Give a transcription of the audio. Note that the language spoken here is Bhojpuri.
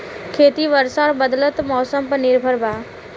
खेती वर्षा और बदलत मौसम पर निर्भर बा